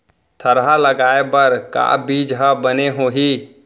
थरहा लगाए बर का बीज हा बने होही?